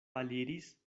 aliris